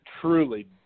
truly